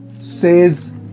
says